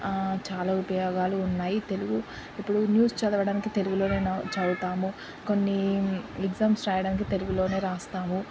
చాలా ఉపయోగాలు ఉన్నాయి తెలుగు ఇప్పుడు న్యూస్ చదవడానికి తెలుగులోనే చదువుతాము కొన్ని ఎగ్జామ్స్ రాయడానికి తెలుగులోనే రాస్తాము